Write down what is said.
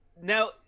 now